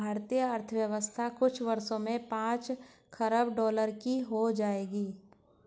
भारतीय अर्थव्यवस्था कुछ वर्षों में पांच खरब डॉलर की हो जाएगी